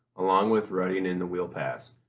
along with rutting in the wheel paths.